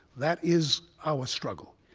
that is our struggle.